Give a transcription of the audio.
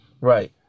right